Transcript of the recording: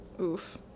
Oof